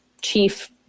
chief